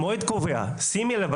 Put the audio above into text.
שימי לב,